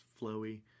flowy